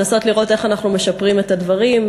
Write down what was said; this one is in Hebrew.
לנסות לראות איך אנחנו משפרים את הדברים,